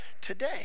today